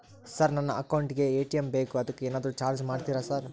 Sir ನನ್ನ account ಗೇ ATM ಬೇಕು ಅದಕ್ಕ ಏನಾದ್ರು ಚಾರ್ಜ್ ಮಾಡ್ತೇರಾ ಸರ್?